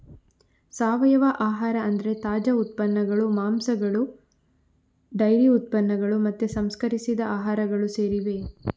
ಸಾವಯವ ಆಹಾರ ಅಂದ್ರೆ ತಾಜಾ ಉತ್ಪನ್ನಗಳು, ಮಾಂಸಗಳು ಡೈರಿ ಉತ್ಪನ್ನಗಳು ಮತ್ತೆ ಸಂಸ್ಕರಿಸಿದ ಆಹಾರಗಳು ಸೇರಿವೆ